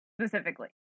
specifically